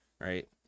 right